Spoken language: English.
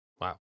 Wow